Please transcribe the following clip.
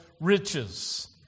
riches